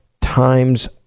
times